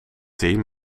team